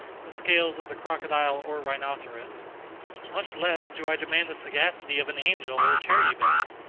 the scales of the crocodile or rhinoceros much less do i demand the sagacity of an angel or cherubim.